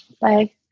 Bye